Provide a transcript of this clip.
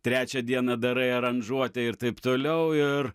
trečią dieną darai aranžuotę ir taip toliau ir